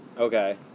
Okay